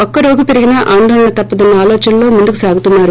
ఒక్కరోగి పెరిగినా ఆందోళన తప్పదన్న ఆలోచనలో ముందుకు సాగుతున్నారు